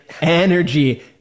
energy